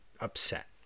upset